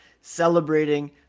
celebrating